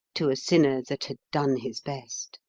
to a sinner that had done his best.